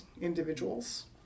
individuals